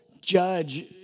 judge